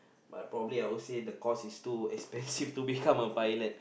but probably I will say the course is too expensive to become a pilot